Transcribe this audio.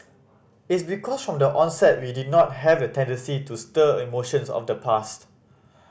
it's because of the onset we did not have the tendency to stir emotions of the past